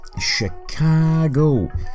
Chicago